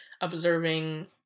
observing